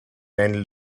man